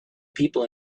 people